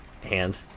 hand